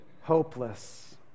hopeless